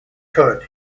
could